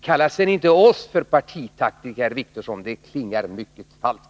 Kalla sedan inte oss för partitaktiker, herr Wictorsson — det klingar mycket falskt!